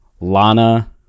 Lana